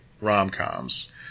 rom-coms